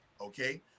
Okay